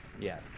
Yes